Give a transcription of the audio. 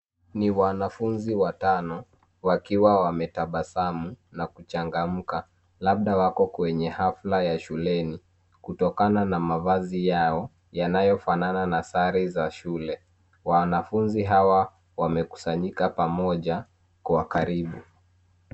Ni wanafunzi watano wakiwa wametabasamu na kuchangamka labda wako kwenye hafla ya shuleni kutokana na mavazi yao yanayofanana na sare za shule. Wanafunzi hawa wamekusanyika pamoja kwa karibu.